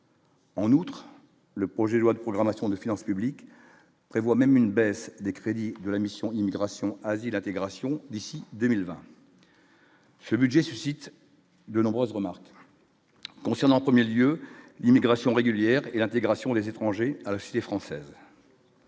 En outre, le projet de loi de programmation des finances publiques prévoit même une baisse des crédits de la mission, immigration, asile intégration d'ici 2020. Ce budget suscite de nombreuses remarques concernant 1er lieu l'immigration régulière et l'intégration des étrangers à la cité française.